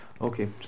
Okay